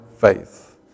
faith